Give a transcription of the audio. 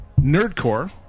Nerdcore